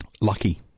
Lucky